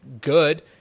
good